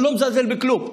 אני לא מזלזל בכלום,